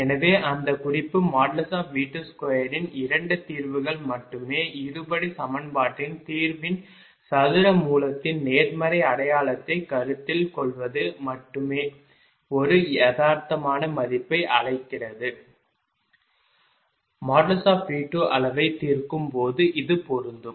எனவே அந்த குறிப்பு V22 இன் 2 தீர்வுகள் மட்டுமே இருபடி சமன்பாட்டின் தீர்வின் சதுர மூலத்தின் நேர்மறை அடையாளத்தைக் கருத்தில் கொள்வது மட்டுமே ஒரு யதார்த்தமான மதிப்பை அளிக்கிறது V2 அளவை தீர்க்கும் போது இது பொருந்தும்